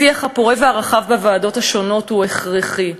השיח הפורה והרחב בוועדות השונות הוא הכרחי.